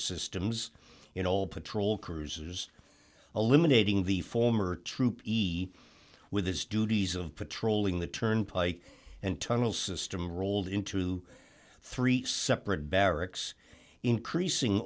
systems in all patrol cruisers eliminating the former troop he with his duties of patrolling the turnpike and tunnel system rolled into three separate barracks increasing